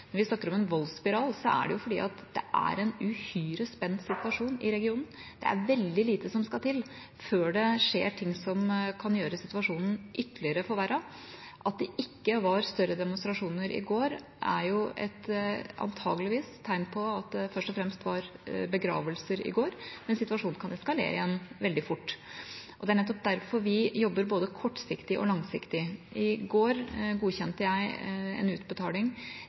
Når vi snakker om en voldsspiral, er det fordi det er en uhyre spent situasjon i regionen. Det er veldig lite som skal til før det skjer ting som kan forverre situasjonen ytterligere. At det ikke var større demonstrasjoner i går, er antakeligvis et tegn på at det først og fremst var begravelser i går, men situasjonen kan eskalere igjen veldig fort. Det er nettopp derfor vi jobber både kortsiktig og langsiktig. I går godkjente jeg en utbetaling